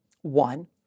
One